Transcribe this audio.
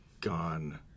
gone